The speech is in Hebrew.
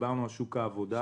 דיברנו על שוק העבודה.